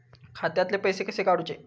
खात्यातले पैसे कसे काडूचे?